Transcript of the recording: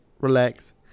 relax